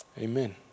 Amen